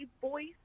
voice